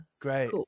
great